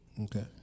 Okay